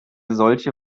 solche